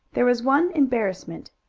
there was one embarrassment.